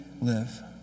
live